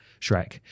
Shrek